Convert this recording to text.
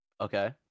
Okay